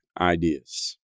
ideas